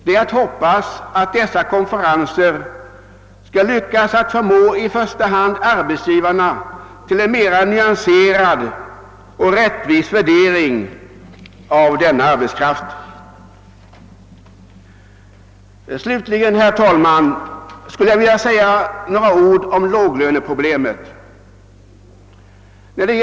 Det är att hoppas att man på dessa konferenser skall lyckas förmå i första hand arbetsgivarna till en mera nyanserad och rättvis värdering av denna arbetskraft. Slutligen, herr talman, skulle jag vilja beröra låglöneproblemet.